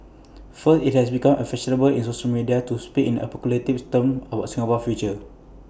first IT has become A fashionable in social media to speak in apocalyptic terms about Singapore's future